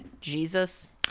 jesus